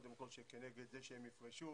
שזה כנגד זה שהם יפרשו.